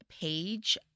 page